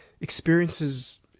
experiences